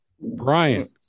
Brian